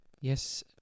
Yes